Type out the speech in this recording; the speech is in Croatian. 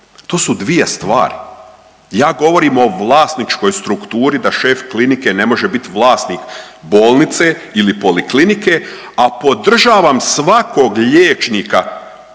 To su dvije stvari, ja govorim o vlasničkoj strukturi da šef klinike ne može biti vlasnik bolnice ili poliklinike, a podržavam svakog liječnika